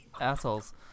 Assholes